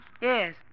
Yes